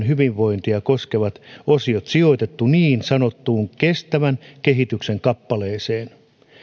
hyvinvointia koskevat osiot sijoitettu niin sanottuun kestävän kehityksen kappaleeseen